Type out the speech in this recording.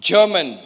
German